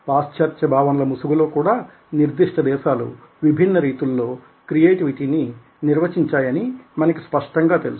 పాశ్చాత్య భావనల ముసుగులో కూడా నిర్దిష్ట దేశాలు విభిన్న రీతులలో క్రియేటివిటీ ని నిర్వచించాయని మనకి స్పష్టంగా తెలుసు